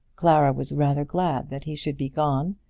clara was rather glad that he should be gone,